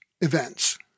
events